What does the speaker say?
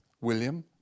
William